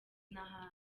n’ahandi